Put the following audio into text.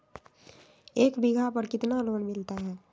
एक बीघा पर कितना लोन मिलता है?